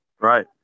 Right